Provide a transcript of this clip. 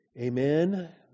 Amen